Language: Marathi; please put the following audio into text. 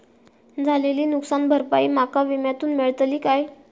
झालेली नुकसान भरपाई माका विम्यातून मेळतली काय?